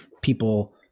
people